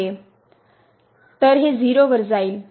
तर हे 0 वर जाईल